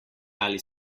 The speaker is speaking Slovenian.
ali